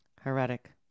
Heretic